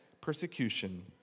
persecution